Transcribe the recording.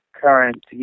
current